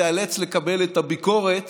תיאלץ לקבל את הביקורת